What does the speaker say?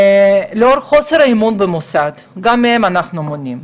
לאור חוסר האמון במוסד, גם מהם אנחנו מונעים.